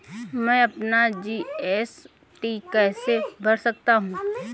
मैं अपना जी.एस.टी कैसे भर सकता हूँ?